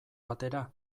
batera